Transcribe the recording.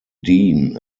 dean